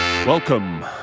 Welcome